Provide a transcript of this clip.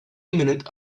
imminent